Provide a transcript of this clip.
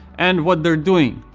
and what they're doing.